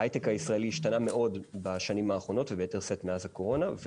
ההייטק הישראלי השתנה מאוד בשנים האחרונות וביתר שאת מאז הקורונה,